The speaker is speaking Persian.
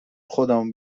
خودمو